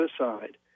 aside